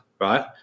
right